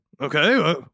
Okay